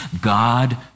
God